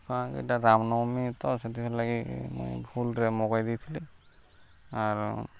କାଣା କି ଇଟା ରାମ୍ ନବମୀ ତ ସେଥିିର୍ଲାଗି ମୁଇଁ ଭୁଲ୍ରେ ମଗେଇ ଦେଇଥିଲି ଆରୁ